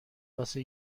واسه